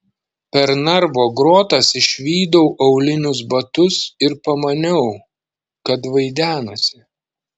per narvo grotas išvydau aulinius batus ir pamaniau kad vaidenasi